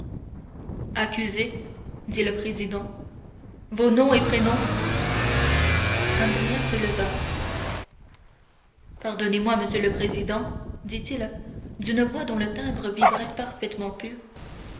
accusé dit le président vos nom et prénoms andrea se leva pardonnez-moi monsieur le président dit-il d'une voix dont le timbre vibrait parfaitement pur